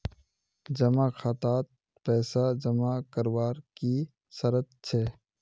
जमा खातात पैसा जमा करवार की शर्त छे?